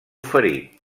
ferit